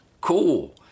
Cool